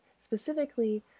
specifically